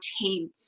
team